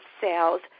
sales